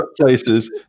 places